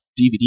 dvd